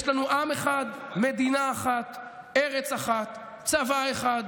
יש לנו עם אחד, מדינה אחת, ארץ אחת, צבא אחד,